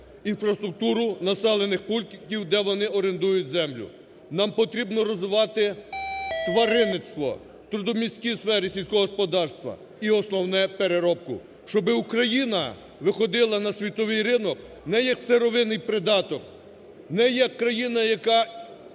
інфраструктуру населених пунктів, де вони орендують землю. Нам потрібно розвивати тваринництво, трудомісткі сфери сільського господарства і основне – переробку. Щоби Україна виходила на світовий ринок не як сировинний придаток, не як країна, яка